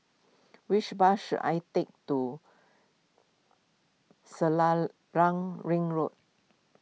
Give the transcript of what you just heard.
which bus should I take to Selarang Ring Road